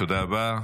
תודה רבה.